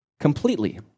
completely